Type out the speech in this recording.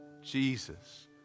Jesus